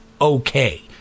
Okay